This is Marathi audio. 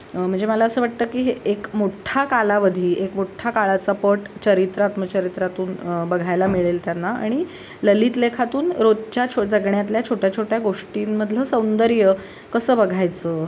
म्हणजे मला असं वाटतं की हे एक मोठ्ठा कालावधी एक मोठ्ठा काळाचा पट चरित्र आत्मचरित्रातून बघायला मिळेल त्यांना आणि ललित लेखातून रोजच्या छो जगण्यातल्या छोट्या छोट्या गोष्टींमधलं सौंदर्य कसं बघायचं